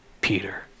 Peter